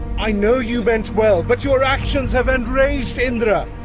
i know you meant well, but your actions have enraged indra.